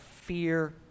fear